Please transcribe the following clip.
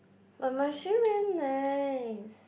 but my shoe very nice